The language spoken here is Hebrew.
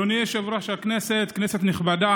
אדוני יושב-ראש הכנסת, כנסת נכבדה,